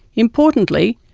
importantly,